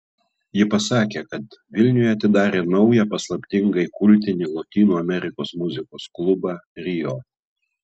ji pasakė kad vilniuje atidarė naują paslaptingai kultinį lotynų amerikos muzikos klubą rio